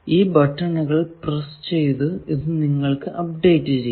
ഈ ബട്ടണുകൾ പ്രസ് ചെയ്തു ഇത് നിങ്ങൾക്കു അപ്ഡേറ്റ് ചെയ്യാം